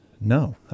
no